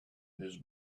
his